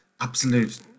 absolute